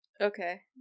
Okay